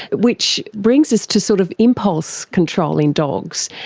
which brings us to sort of impulse control in dogs.